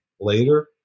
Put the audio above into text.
Later